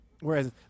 Whereas